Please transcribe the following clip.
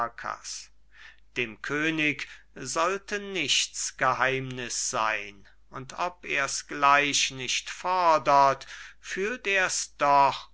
dem könig sollte nichts geheimniß sein und ob er's gleich nicht fordert fühlt er's doch